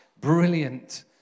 brilliant